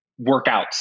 workouts